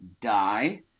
die